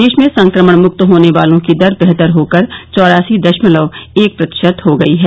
देश में संक्रमण मुक्त होने वालों की दर बेहतर होकर चौरासी दशमलव एक प्रतिशत हो गई है